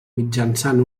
mitjançant